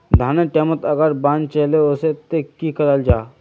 धानेर टैमोत अगर बान चले वसे ते की कराल जहा?